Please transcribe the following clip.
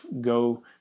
go